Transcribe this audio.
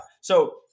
So-